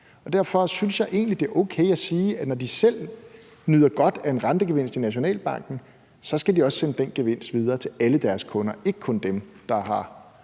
derfor synes jeg egentlig, det er okay at sige, at de, når de selv nyder godt af en rentegevinst i Nationalbanken, så også skal sende den gevinst videre til alle deres kunder og altså ikke kun til dem, der har